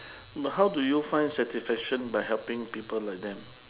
but how do you find satisfaction by helping people like them